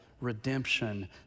redemption